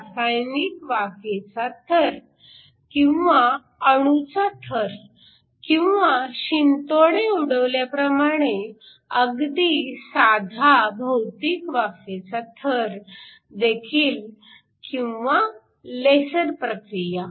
रासायनिक वाफेचा थर किंवा अणूचा थर किंवा शिंतोडे उडवल्याप्रमाणे अगदी साधा भौतिक वाफेचा थर देखील किंवा लेसर प्रक्रिया